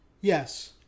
Yes